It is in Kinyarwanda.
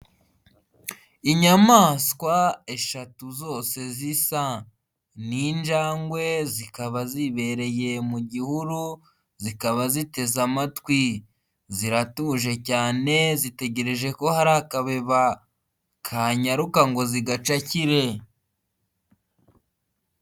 Inyamaswa eshatu zose zisa. Ni injangwe zikaba zibereye mu gihuru zikaba ziteze amatwi, ziratuje cyane zitegereje ko hari akabeba kanyaruka ngo zigacakire.